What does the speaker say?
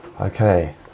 Okay